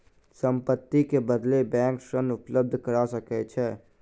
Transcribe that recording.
संपत्ति के बदले बैंक ऋण उपलब्ध करा सकै छै